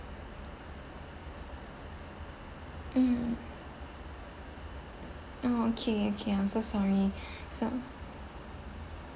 mm okay okay I'm so sorry so